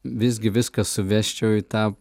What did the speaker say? visgi viską suvesčiau į tą